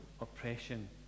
oppression